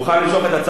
אני מוכן ברגע זה,